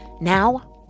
Now